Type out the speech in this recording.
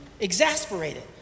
exasperated